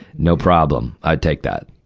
no problem. i'd take that.